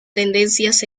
tendencias